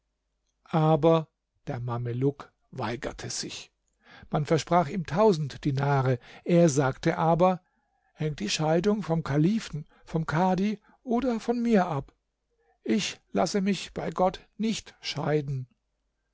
aber der mameluck weigerte sich man versprach ihm tausend dinare er sagte aber hängt die scheidung vom kalifen vom kadhi oder von mir ab ich lasse mich bei gott nicht scheiden